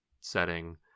setting